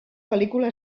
pel·lícula